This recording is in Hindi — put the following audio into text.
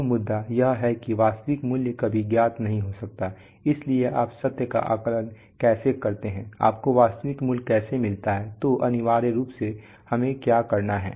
अब मुद्दा यह है कि वास्तविक मूल्य कभी ज्ञात नहीं हो सकता है इसलिए आप सत्य का आकलन कैसे करते हैं आपको वास्तविक मूल्य कैसे मिलता है तो अनिवार्य रूप से हमें क्या करना है